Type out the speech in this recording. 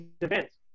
events